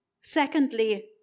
Secondly